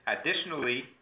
Additionally